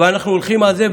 אבל אנחנו הולכים על זה.